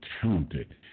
talented